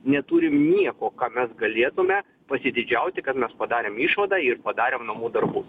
neturim nieko ką mes galėtume pasididžiauti kad mes padarėm išvadą ir padarėm namų darbus